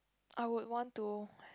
I would want to